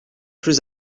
plus